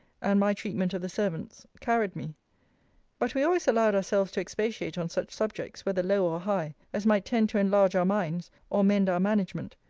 and my treatment of the servants, carried me but we always allowed ourselves to expatiate on such subjects, whether low or high, as might tend to enlarge our minds, or mend our management,